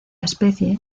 especie